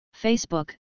Facebook